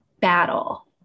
battle